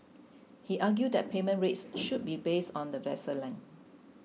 he argued that payment rates should be based on the vessel length